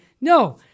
no